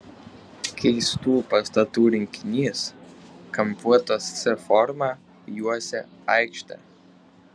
keistų pastatų rinkinys kampuotos c forma juosė aikštę